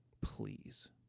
Please